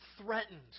threatened